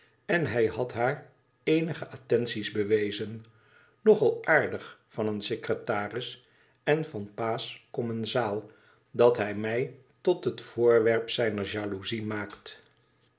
en hij had haar eenige attendes bewezen tnog al aardig van een secretaris en van pa's commensaal dat hij mij tot het voorwerp zijner jaloezie maakt